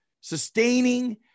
sustaining